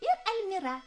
ir almyra